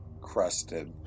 crusted